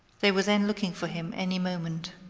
they were then looking for him any moment.